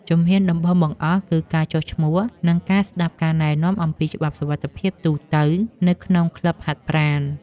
ជំហានដំបូងបង្អស់ គឺការចុះឈ្មោះ និងការស្ដាប់ការណែនាំអំពីច្បាប់សុវត្ថិភាពទូទៅនៅក្នុងក្លឹបហាត់ប្រាណ។